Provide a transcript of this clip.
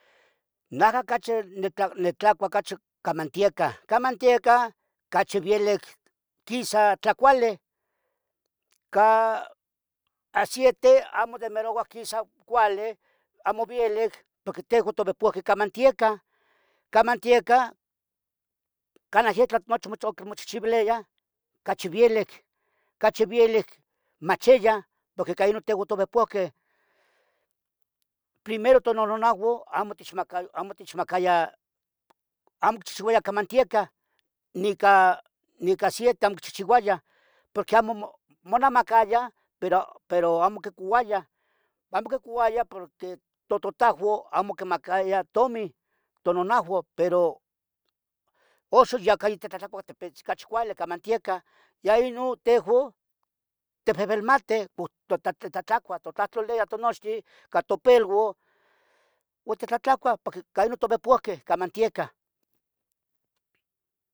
Naja ocachi nitlacua ocachi ica mantieca, ca mantieca ocachi vielic quisa tlacuali, ca aciente amo demeroua quisa cuali, amo vielic porque tehuan movepohqueh ica mantieca, canah itlah itmochehcheueliah cachi vielic, cachi vielic machiya porque ca inon tomovehpohqueh, primero tonanahuan otechmaquiaya amo ochihchiuayah ica manteca, nica aciente amo ochihchiuayah porque amo, omonamacaya, pero amo oquicouayah. Amo oquicouayah porque tototahuan amo oquinmacayah tominin tonanahuan, pero uxan cai yatitlahtlacuah ica mantieca, ya inon tehuan ticuihuilmatih, totlahtlaliah tonochtin iuan topeluan uon titlahtlacuah porque tiuehpoqueh ica mantieca